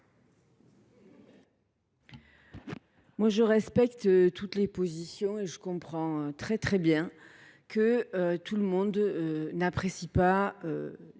vote. Je respecte toutes les positions et comprends très bien que tout le monde n’apprécie pas